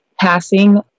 passing